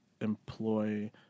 employ